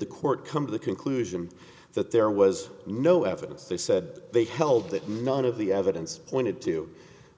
the court come to the conclusion that there was no evidence they said they held that none of the evidence pointed to